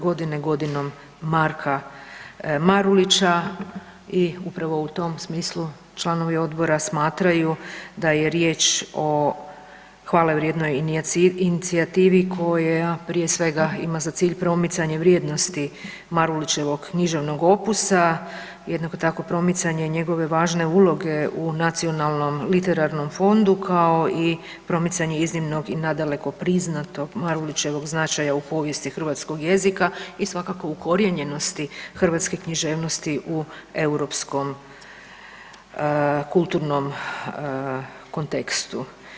Godinom Marka Marulića“ i upravo u tom smislu, članovi odbora smatraju da je riječ o hvalevrijednoj inicijativi koja prije svega ima za cilj promicanje vrijednosti Marulićevog književnog opusa, jednako tako promicanje njegove važne uloge u nacionalnom literarnom fondu kao i promicanje iznimnog i nadaleko priznatog Marulićevog značaja u povijesti hrvatskog jezika i svakako ukorijenjenosti hrvatske književnosti u europskom kulturnom kontekstu.